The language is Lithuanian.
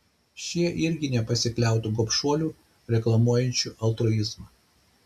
šie irgi nepasikliautų gobšuoliu reklamuojančiu altruizmą